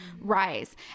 rise